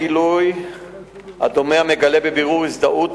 1. האם נאכפים על ערביי מזרח העיר החוקים כפי שהם נאכפים במערב העיר?